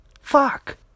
Fuck